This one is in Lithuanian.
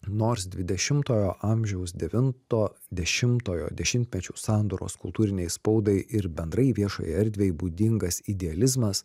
nors dvidešimtojo amžiaus devinto dešimtojo dešimtmečių sandūros kultūrinei spaudai ir bendrai viešajai erdvei būdingas idealizmas